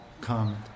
come